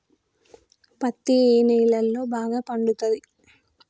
పత్తి ఏ నేలల్లో బాగా పండుతది?